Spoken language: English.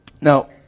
Now